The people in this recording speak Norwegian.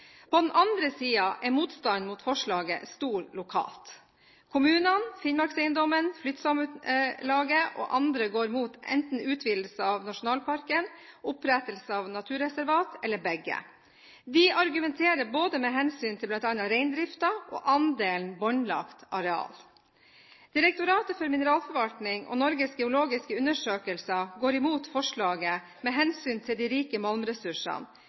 På den andre siden er motstanden mot forslaget stor lokalt. Kommunene, Finnmarkseiendommen, flyttsamelagene og andre går mot enten utvidelse av nasjonalparken, opprettelse av naturreservat eller begge. De argumenterer både med hensyn til bl.a. reindriften og andelen båndlagt areal. Direktoratet for mineralforvaltning og Norges geologiske undersøkelse går mot forslaget med hensyn til de rike malmressursene.